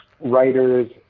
writers